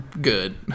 good